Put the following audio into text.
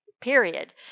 period